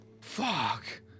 Fuck